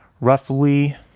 roughly